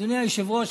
אדוני היושב-ראש,